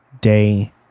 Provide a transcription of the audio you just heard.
day